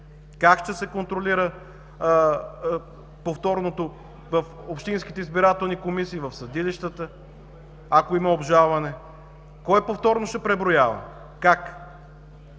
Как ще се контролира повторното в общинските избирателни комисии, в съдилищата, ако има обжалване? Кое повторно ще се преброява? Как?